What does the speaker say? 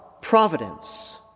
providence